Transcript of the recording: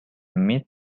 meat